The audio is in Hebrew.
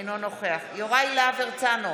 אינו נוכח יוראי להב הרצנו,